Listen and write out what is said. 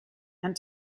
and